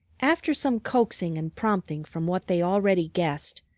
after some coaxing and prompting from what they already guessed,